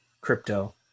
crypto